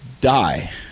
die